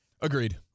Agreed